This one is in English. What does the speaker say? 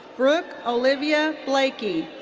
brooke olivia blakey.